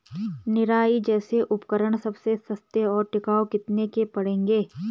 निराई जैसे उपकरण सबसे सस्ते और टिकाऊ कितने के पड़ेंगे?